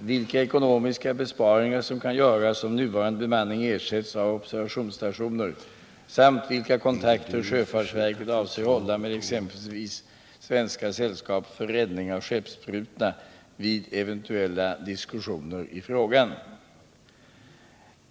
vilka ekonomiska besparingar som kan göras om nuvarande bemanning ersätts av observationsstationer samt vilka kontakter sjöfartsverket avser hålla med exempelvis Svenska sällskapet för räddning av skeppsbrutna vid eventuella diskussioner i frågan.